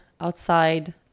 outside